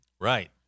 Right